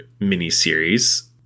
miniseries